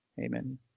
Amen